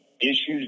issues